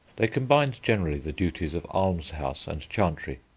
they combined generally the duties of almshouse and chantry.